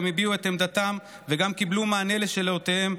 הביעו את עמדתם וגם קיבלו מענה על שאלותיהם,